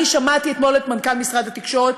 אני שמעתי אתמול את מנכ"ל משרד התקשורת